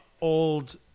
old